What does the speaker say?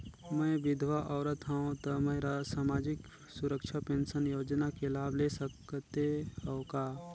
मैं विधवा औरत हवं त मै समाजिक सुरक्षा पेंशन योजना ले लाभ ले सकथे हव का?